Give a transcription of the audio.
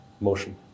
motion